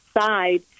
side